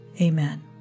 Amen